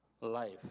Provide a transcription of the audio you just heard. life